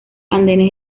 andenes